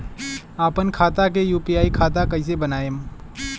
आपन खाता के यू.पी.आई खाता कईसे बनाएम?